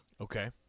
Okay